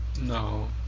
No